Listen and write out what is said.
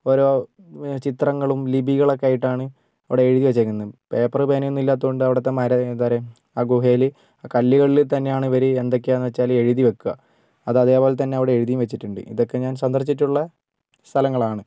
ഓരോ ചിത്രങ്ങളും ലിപികളൊക്കെ ആയിട്ടാണ് അവിടെ എഴുതി വച്ചേക്കുന്നത് പേപ്പർ പേന ഒന്നും ഇല്ലാത്തതുകൊണ്ട് അവിടെത്തെ എന്താ പറയുക ആ ഗുഹയിൽ കല്ലുകളിൽ തന്നെയാണ് ഇവർ എന്തൊക്കെയാണെന്നു വച്ചാൽ എഴുതി വയ്ക്കുക അത് അതേപോലെതന്നെ അവിടെ എഴുതിയും വച്ചിട്ടുണ്ട് ഇതൊക്കെ ഞാൻ സന്ദർശിച്ചിട്ടുള്ള സ്ഥലങ്ങളാണ്